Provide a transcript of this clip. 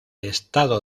estado